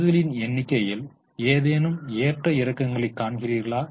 பங்குகளின் எண்ணிக்கையில் ஏதேனும் ஏற்ற இறக்கங்களை காண்கிறீர்களா